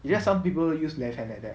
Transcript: because some people use left hand like that